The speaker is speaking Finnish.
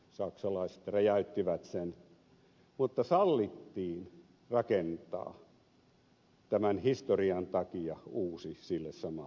saksalaiset räjäyttivät sen mutta sallittiin rakentaa tämän historian takia uusi sille samalle paikalle